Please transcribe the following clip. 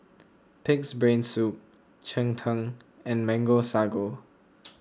Pig's Brain Soup Cheng Tng and Mango Sago